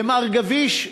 ומר גביש,